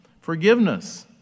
forgiveness